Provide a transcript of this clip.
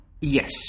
Yes